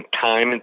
time